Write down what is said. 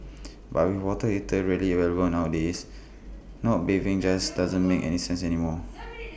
but with water heater readily available nowadays not bathing just doesn't make any sense anymore